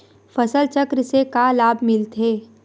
फसल चक्र से का लाभ मिलथे?